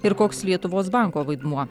ir koks lietuvos banko vaidmuo